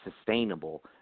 sustainable